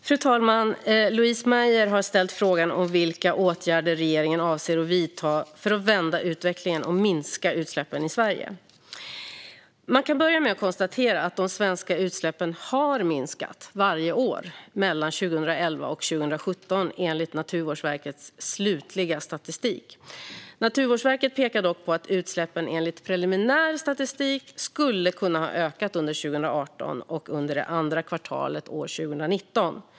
Fru talman! Louise Meijer har ställt frågan om vilka åtgärder regeringen avser att vidta för att vända utvecklingen och minska utsläppen i Sverige. Man kan börja med att konstatera att de svenska utsläppen har minskat varje år mellan 2011 och 2017, enligt Naturvårdsverkets slutliga statistik. Naturvårdsverket pekar dock på att utsläppen enligt preliminär statistik skulle kunna ha ökat under 2018 och under det andra kvartalet 2019.